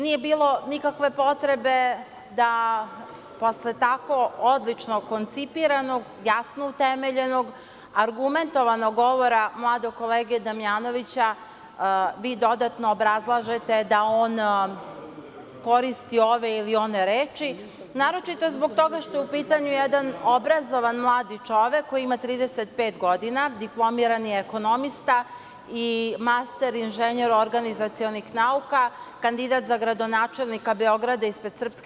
Nije bilo nikakve potrebe da posle tako odlično koncipiranog, jasno utemeljenog, argumentovanog govora mladog kolege Damjanovića, vi dodatno obrazlažete da on koristi ove ili one reči, naročito zbog toga što je u pitanju jedan obrazovani mladi čovek, koji ima 35 godina, diplomirani ekonomista i master inženjer organizacionih nauka, kandidat za gradonačelnika Beograda ispred SRS.